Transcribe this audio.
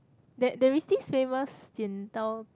that there is this famous 剪刀